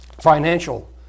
financial